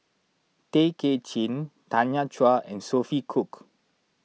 Tay Kay Chin Tanya Chua and Sophia Cooke